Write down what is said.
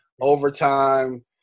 overtime